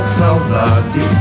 saudade